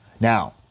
Now